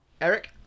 Eric